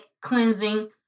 cleansing